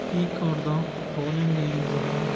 speak out the following names of